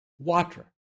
Water